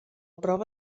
prova